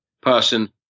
person